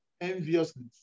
enviousness